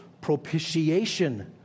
propitiation